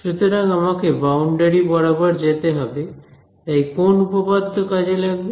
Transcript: সুতরাং আমাকে বাউন্ডারি বরাবর যেতে হবে তাই কোন উপপাদ্য কাজে লাগবে